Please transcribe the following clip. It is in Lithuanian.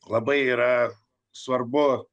labai yra svarbu